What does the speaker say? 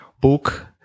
book